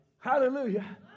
Hallelujah